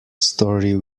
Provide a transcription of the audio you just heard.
story